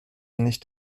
nicht